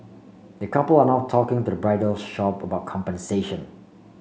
the couple are now talking to the bridal shop about compensation